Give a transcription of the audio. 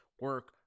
Work